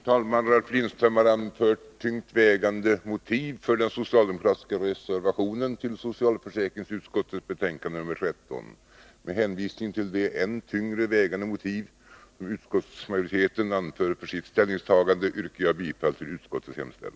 Socialförsäkringsutskottets betänkanden 16, 17, 18 och 19 kommer att debatteras i tur och ordning. Voteringarna äger rum i ett sammanhang efter avslutad debatt. Först upptas alltså socialförsäkringsutskottets betänkande 16 om studiesocialt stöd.